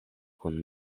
kun